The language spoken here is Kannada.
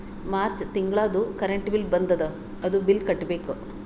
ಮಾರ್ಚ್ ತಿಂಗಳದೂ ಕರೆಂಟ್ ಬಿಲ್ ಬಂದದ, ಅದೂ ಬಿಲ್ ಕಟ್ಟಬೇಕ್